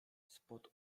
spod